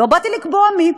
לא באתי לקבוע מי,